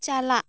ᱪᱟᱞᱟᱜ